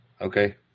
Okay